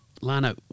Lana